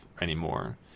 anymore